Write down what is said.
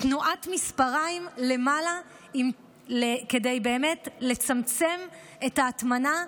תנועת מספריים למעלה כדי לצמצם את ההטמנה,